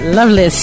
lovely